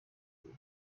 uyu